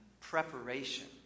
preparation